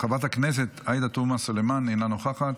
חברת הכנסת עאידה תומא סלימאן, אינה נוכחת,